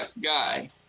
guy